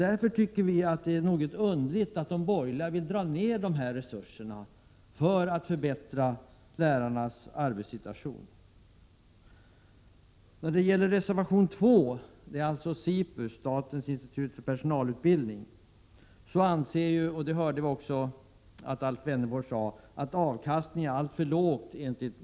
Vi tycker därför att det är underligt att de borgerliga vill minska resurserna för förbättring av lärarnas arbetssituation. I reservation 2 beträffande SIPU anför de borgerliga — vilket Alf Wennerfors sade — att avkastningen är alltför låg.